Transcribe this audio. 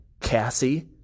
Cassie